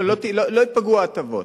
לא, לא ייפגעו ההטבות.